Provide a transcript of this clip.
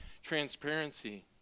transparency